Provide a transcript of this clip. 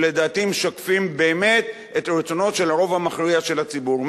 שלדעתי משקפים באמת את רצונו של הרוב המכריע של הציבור.